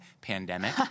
Pandemic